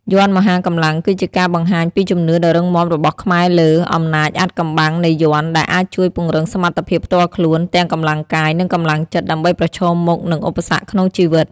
យ័ន្តមហាកម្លាំងគឺជាការបង្ហាញពីជំនឿដ៏រឹងមាំរបស់ខ្មែរលើ អំណាចអាថ៌កំបាំងនៃយ័ន្ត ដែលអាចជួយពង្រឹងសមត្ថភាពផ្ទាល់ខ្លួន ទាំងកម្លាំងកាយ និងកម្លាំងចិត្ត ដើម្បីប្រឈមមុខនឹងឧបសគ្គក្នុងជីវិត។